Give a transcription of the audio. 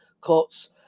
cuts